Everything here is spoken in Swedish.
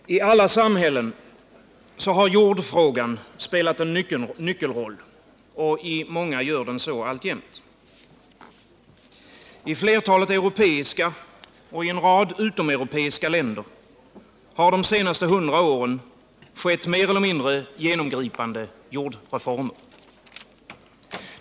Herr talman! I alla samhällen har jordfrågan spelat en nyckelroll, och i många gör den så alltjämt. I flertalet europeiska och i en rad utomeuropeiska länder har de senaste 100 åren skett mer eller mindre genomgripande jordreformer.